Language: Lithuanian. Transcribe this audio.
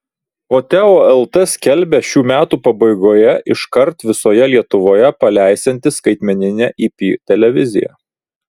o teo lt skelbia šių metų pabaigoje iškart visoje lietuvoje paleisiantis skaitmeninę ip televiziją